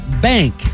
bank